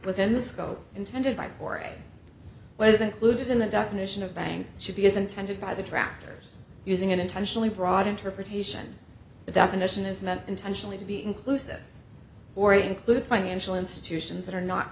within the scope intended by foray wasn't clued in the definition of bank should be as intended by the tractor's using an intentionally broad interpretation the definition is meant intentionally to be inclusive or includes financial institutions that are not